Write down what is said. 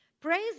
Praise